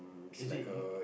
is it